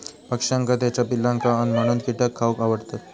पक्ष्यांका त्याच्या पिलांका अन्न म्हणून कीटक खावक आवडतत